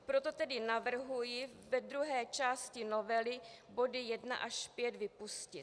Proto tedy navrhuji ve druhé části novely body 1 až 5 vypustit.